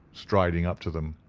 striding up to them,